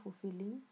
fulfilling